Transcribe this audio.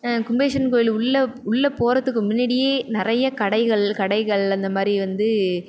கும்பேஸ்வரன் கோயிலுக்கு உள்ள உள்ளே போகிறதுக்கு முன்னாடியே நிறைய கடைகள் கடைகள் அந்தமாதிரி வந்து